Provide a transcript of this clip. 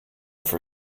for